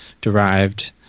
derived